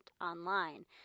online